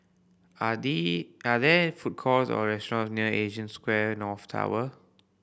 are are there food courts or restaurant near Asia Square North Tower